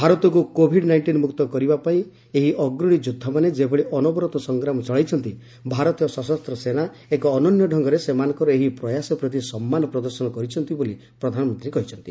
ଭାରତକୁ covid nineteen ମୁକ୍ତ କରିବା ପାଇଁ ଏହି ଅଗ୍ରଣୀ ଯୋଦ୍ଧାମାନେ ଯେଭଳି ଅନବରତ ସଂଗ୍ରାମ ଚଳାଇଛନ୍ତି ଭାରତୀୟ ସଶସ୍ତ ସେନା ଏକ ଅନନ୍ୟ ଢଙ୍ଗରେ ସେମାନଙ୍କର ଏହି ପ୍ରୟାସ ପ୍ରତି ସମ୍ମାନ ପ୍ରଦର୍ଶନ କରିଛି ବୋଲି ପ୍ରଧାନମନ୍ତ୍ରୀ କହିଛନ୍ତି